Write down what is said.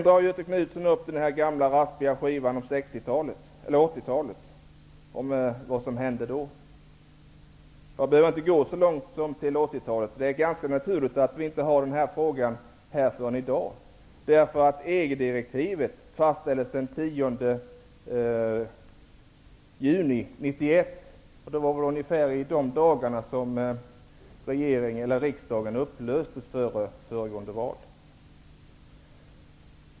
Göthe Knutson drar sedan upp den gamla raspiga skivan om vad som hände på 80-talet. Jag behöver inte gå så långt som till 80-talet. Det är ganska naturligt att vi inte har den här frågan uppe förrän i dag. Därför att EG-direktivet fastställdes den 10 juni 1991. Det var väl ungefär i de dagarna som riksdagen upplöstes före föregående val.